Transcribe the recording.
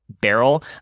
barrel